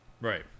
right